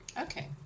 Okay